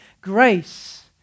grace